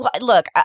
Look